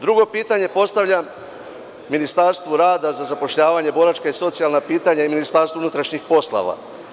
Drugo pitanje postavljam Ministarstvu rada za zapošljavanje, boračka i socijalna pitanjai Ministarstvu unutrašnjih poslova.